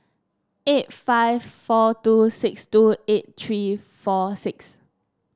eight five four two six two eight three four six